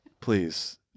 please